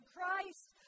Christ